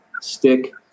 stick